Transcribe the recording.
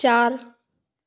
चार